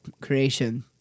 creation